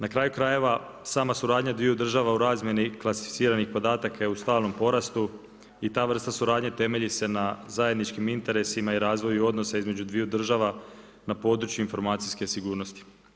Na kraju krajeva, sama suradnja dviju država u razmjeni klasificiranih podataka je u stalnom porastu i ta vrsta suradnje temelji se na zajedničkim interesima i razvoju odnosa između dviju država na području informacijske sigurnosti.